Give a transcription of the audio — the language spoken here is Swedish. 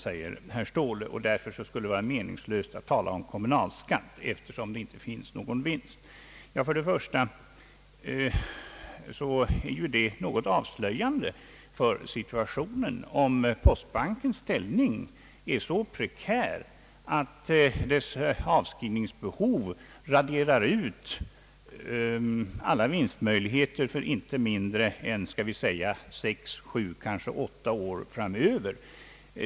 Det skulle, säger herr Ståhle, vara meningslöst att tala om någon kommunalskatt, eftersom det inte kommer att finnas någon vinst. Detta avslöjar att postbankens ställning är så prekär att dess avskrivningsbehov raderar ut alla vinstmöjligheter för inte mindre än sex, sju eller kanske åtta år framöver.